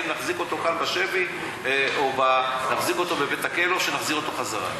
האם להחזיק אותו כאן בשבי או להחזיק אותו בבית-הכלא או להחזיר חזרה?